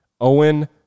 Owen